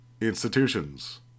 Institutions